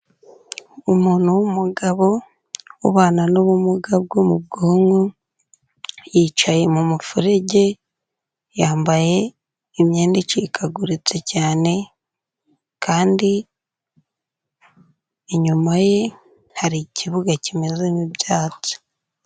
Umuntu w'umugabo, ubana n'ubumuga bwo mu bwonko, yicaye mu mufurege, yambaye imyenda icikaguritse cyane kandi inyuma ye hari ikibuga kimezemo ibyatsi.